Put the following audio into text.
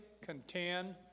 contend